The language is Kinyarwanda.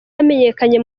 yamenyekanye